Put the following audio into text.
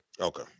Okay